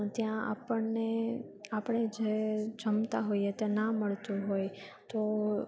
ત્યાં આપણને આપણે જે જમતા હોઈએ ત્યાં ના મળતું હોય તો